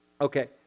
Okay